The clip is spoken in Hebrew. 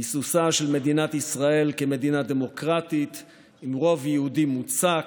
ביסוסה של מדינת ישראל כמדינה דמוקרטית עם רוב יהודי מוצק,